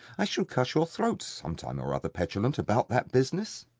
i shall cut your throat, sometime or other, petulant, about that business.